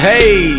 Hey